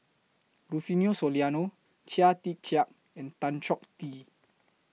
Rufino Soliano Chia Tee Chiak and Tan Chong Tee